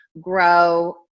grow